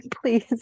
please